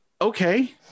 Okay